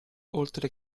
oltre